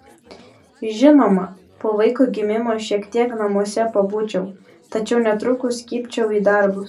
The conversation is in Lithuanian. žinoma po vaiko gimimo šiek tiek namuose pabūčiau tačiau netrukus kibčiau į darbus